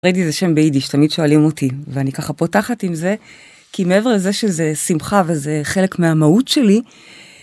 פריידי זה שם ביידיש תמיד שואלים אותי ואני ככה פותחת עם זה כי מעבר לזה שזה שמחה וזה חלק מהמהות שלי.